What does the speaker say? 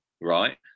right